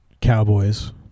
Cowboys